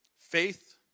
Faith